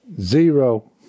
Zero